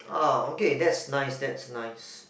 ah okay that's nice that's nice